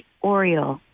Oriole